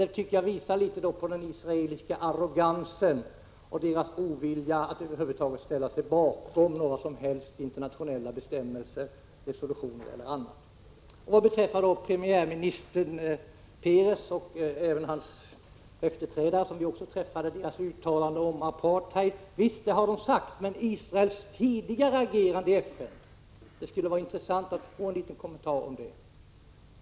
Detta tycker jag visar på den israeliska arrogansen och oviljan att över huvud taget ställa sig bakom några som helst internationella bestämmelser, resolutioner eller annat. Vad beträffar premiärminister Peres” och hans företrädares, som vi också träffade, uttalanden om apartheid säger jag bara: Visst, de har sagt så, men Israels tidigare agerande i FN skulle det vara intressant att få en liten kommentar om.